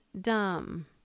dumb